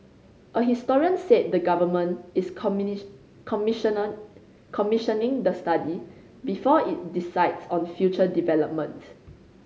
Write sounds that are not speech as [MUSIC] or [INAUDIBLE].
a historian said the Government is [UNINTELLIGIBLE] commissioner commissioning the study before it decides on future developments